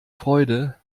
freude